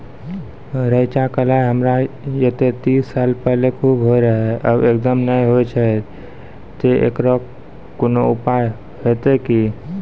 रेचा, कलाय हमरा येते तीस साल पहले खूब होय रहें, अब एकदम नैय होय छैय तऽ एकरऽ कोनो उपाय हेते कि?